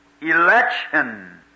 Election